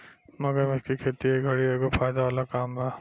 मगरमच्छ के खेती ए घड़ी के एगो फायदा वाला काम बा